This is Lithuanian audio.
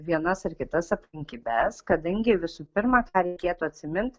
vienas ar kitas aplinkybes kadangi visų pirma ką reikėtų atsimint